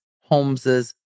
Holmes's